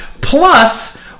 Plus